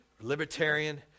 libertarian